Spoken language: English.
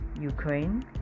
Ukraine